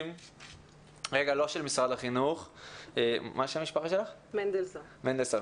לא של משרד החינוך אלא של ירדן מנדלסון.